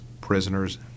prisoners